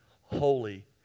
holy